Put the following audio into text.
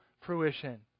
fruition